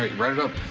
write write it up.